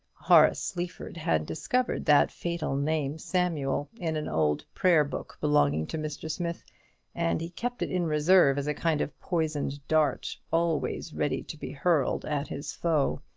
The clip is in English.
horace sleaford had discovered that fatal name, samuel, in an old prayer-book belonging to mr. smith and he kept it in reserve, as a kind of poisoned dart, always ready to be hurled at his foe.